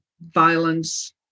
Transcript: violence